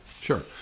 Sure